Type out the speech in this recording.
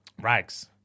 rags